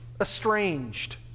estranged